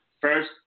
First